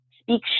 speak